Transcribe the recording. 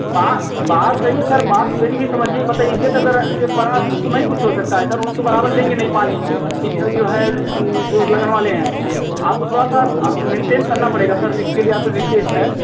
बा बात सही है सर बात मेरी भी समझिए बताइए इज़्ज़त अगर के बड़ा तो नहीं कुछ हो सकता है सर वो तो बराबर लेंगे नही पानी इ ज जो है जो लगन वाले हें आपको थोड़ा सा मैन्टेन करना पड़ेगा सर इसके लिए आपको रीक्वेस्ट है